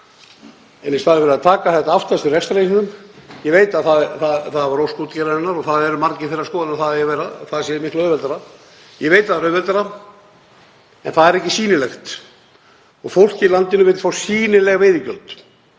í staðinn fyrir að taka þetta aftast af rekstrarreikningum. Ég veit að það var ósk útgerðarinnar og það eru margir þeirrar skoðunar að það sé miklu auðveldara. Ég veit að það er auðveldara en það er ekki sýnilegt og fólkið í landinu vill fá sýnileg veiðigjöld,